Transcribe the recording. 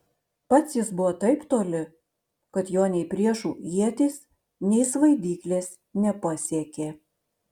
pats jis buvo taip toli kad jo nei priešų ietys nei svaidyklės nepasiekė